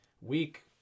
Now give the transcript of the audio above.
week